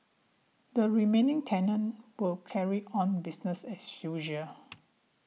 the remaining tenant will carry on business as usual